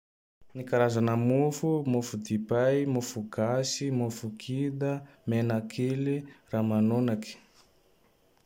Ny karazagne mofo: mofo dipay, mofo gasy, mofo kida, menakely, ramanonaky.